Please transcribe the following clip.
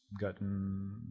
gotten